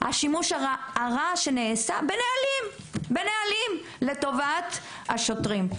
השימוש לרעה שנעשה בנהלים האלה לטובת השוטרים.